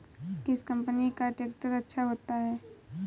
किस कंपनी का ट्रैक्टर अच्छा होता है?